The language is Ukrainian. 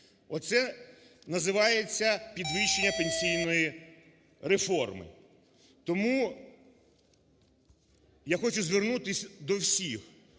Оце називається підвищення пенсійної реформи. Тому я хочу звернутися до всіх.